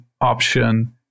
option